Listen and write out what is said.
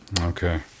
Okay